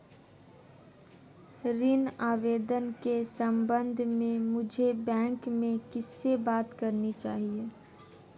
ऋण आवेदन के संबंध में मुझे बैंक में किससे बात करनी चाहिए?